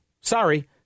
Sorry